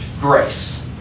grace